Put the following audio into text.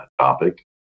topic